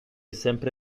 sempre